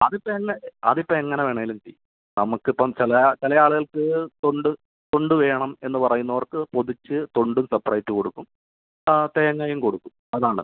അതിപ്പോൾ തന്നെ അതിപ്പോൾ എങ്ങനെ വേണമെങ്കിലും ചെയ്യും നമുക്ക് ഇപ്പം ചില ചില ആളുകൾക്ക് തൊണ്ട് തൊണ്ട് വേണം എന്നു പറയുന്നവർക്ക് പൊതിച്ച് തൊണ്ടും സെപ്പറേറ്റ് കൊടുക്കും ആ തേങ്ങയും കൊടുക്കും അതാണ്